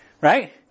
right